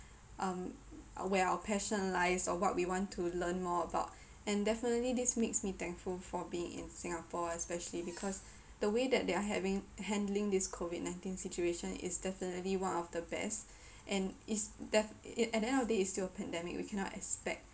um where our passion lies or what we want to learn more about and definitely this makes me thankful for being in singapore especially because the way that they are having handling this COVID nineteen situation is definitely one of the best and is def~ at the end of the day it's still a pandemic we cannot expect